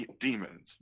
demons